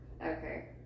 Okay